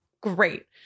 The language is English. great